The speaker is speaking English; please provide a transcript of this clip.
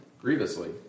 grievously